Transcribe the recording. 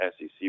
SEC